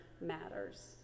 matters